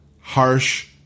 harsh